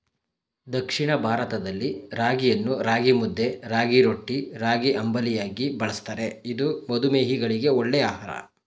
ದಕ್ಷಿಣ ಭಾರತದಲ್ಲಿ ರಾಗಿಯನ್ನು ರಾಗಿಮುದ್ದೆ, ರಾಗಿರೊಟ್ಟಿ, ರಾಗಿಅಂಬಲಿಯಾಗಿ ಬಳ್ಸತ್ತರೆ ಇದು ಮಧುಮೇಹಿಗಳಿಗೆ ಒಳ್ಳೆ ಆಹಾರ